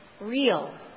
real